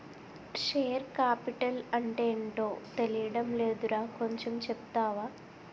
Share capital అంటేటో తెలీడం లేదురా కొంచెం చెప్తావా?